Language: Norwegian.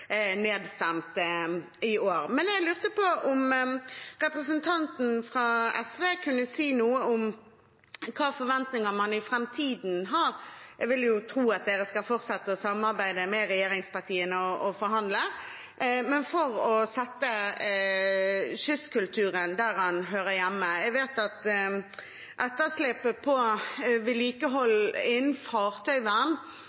nedstemt i år. Jeg lurte på om representanten fra SV kunne si noe om hvilke forventninger man har framover – jeg vil jo tro at man skal fortsette å samarbeide med regjeringspartiene og forhandle – med tanke på å sette kystkulturen der den hører hjemme. Jeg vet at etterslepet på vedlikehold